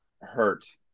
hurt